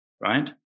right